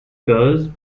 cause